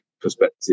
perspective